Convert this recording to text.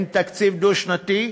אין תקציב דו-שנתי,